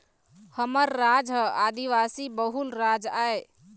हमर राज ह आदिवासी बहुल राज आय